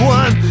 one